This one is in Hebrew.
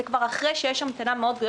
זה כבר אחרי שיש המתנה ארוכה מאוד.